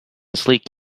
sleek